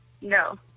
No